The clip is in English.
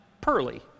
pearly